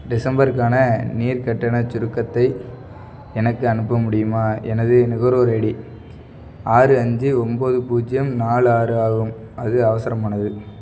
டிசம்பருக்கான நீர் கட்டணச் சுருக்கத்தை எனக்கு அனுப்ப முடியுமா எனது நுகர்வோர் ஐடி ஆறு அஞ்சு ஒன்போது பூஜ்யம் நாலு ஆறு ஆகும் அது அவசரமானது